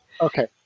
okay